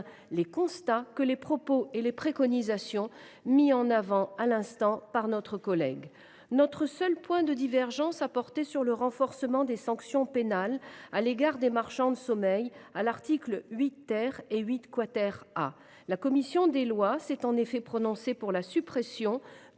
les constats que les propos et les préconisations mis en avant à l’instant par notre collègue. Notre seul point de divergence a porté sur le renforcement des sanctions pénales à l’encontre des marchands de sommeil, aux articles 8 et 8 A. La commission des lois s’est en effet prononcée pour la suppression